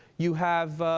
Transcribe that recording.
you have